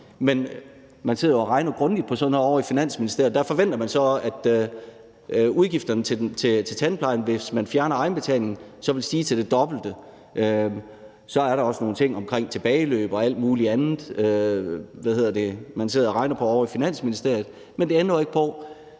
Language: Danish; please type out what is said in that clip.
der forventer man så, at udgifterne til tandplejen, hvis man fjerner egenbetalingen, vil stige til det dobbelte. Så er der også nogle ting omkring tilbageløb og alt muligt andet, man sidder og regner på ovre i Finansministeriet,